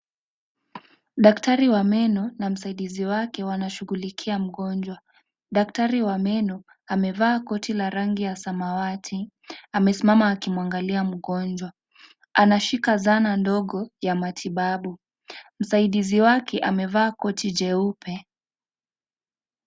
Daktari wa meno na msaidizi wake wanashughulikia mgonjwa. Daktari wa meno amevaa koti la rangi ya samawati amesimama akimwangalia mgonjwa, anashika zana ndogo ya matibabu. Msaidizi wake amevaa koti jeupe.